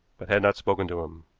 but had not spoken to him.